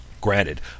Granted